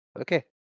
okay